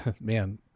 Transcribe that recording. Man